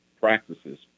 practices